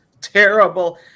Terrible